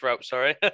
sorry